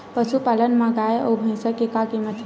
पशुपालन मा गाय अउ भंइसा के का कीमत हे?